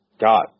God